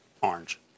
orange